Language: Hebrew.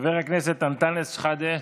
חבר הכנסת אנטאנס שחאדה,